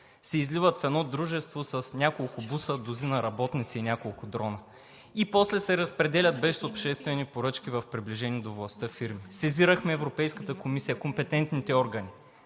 се изливат в едно дружество с няколко буса, дузина работници и няколко дрона и после се разпределят без обществени поръчки в приближени до властта фирми. Сезирахме Европейската комисия, компетентните органи.